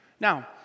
now